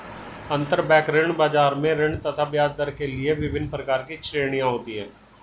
अंतरबैंक ऋण बाजार में ऋण तथा ब्याजदर के लिए विभिन्न प्रकार की श्रेणियां होती है